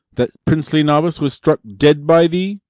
that princely novice, was struck dead by thee?